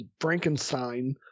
frankenstein